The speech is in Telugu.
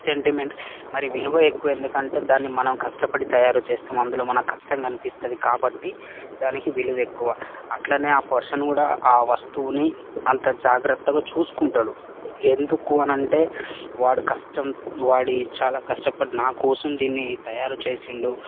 సెంటిమెంట్ మరి విలువ ఎక్కువ ఎందుకంటే దాన్ని మనం కష్టపడి తయారు చేస్తున్న అందులో మన కష్టం కనిపిస్తుంది కాబట్టి దానికి విలువ ఎక్కువ అలానే ఆ పర్సన్ కూడా ఆ వస్తువుని అంత జాగ్రత్తగా చూసుకుంటాడు ఎందుకు అని అంటే వాడు కష్టం వాడు చాలా కష్టపడి నా కోసం దీన్ని తయారు చేసాడు